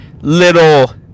little